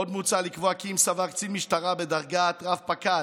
עוד מוצע לקבוע כי אם סבר קצין משטרה בדרגת רב-פקד